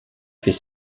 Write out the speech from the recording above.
fait